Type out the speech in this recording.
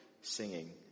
singing